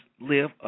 live